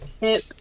hip